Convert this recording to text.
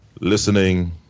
listening